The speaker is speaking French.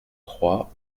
trois